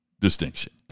distinction